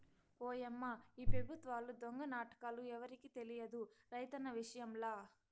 ఓయమ్మా ఈ పెబుత్వాల దొంగ నాటకాలు ఎవరికి తెలియదు రైతన్న విషయంల